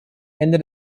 ende